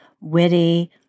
witty